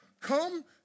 come